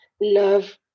love